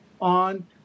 on